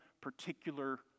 particular